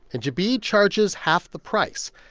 and jabi charges half the price.